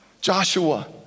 Joshua